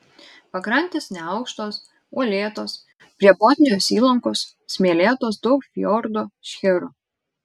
pakrantės neaukštos uolėtos prie botnijos įlankos smėlėtos daug fjordų šcherų